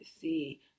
see